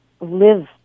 live